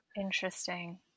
Interesting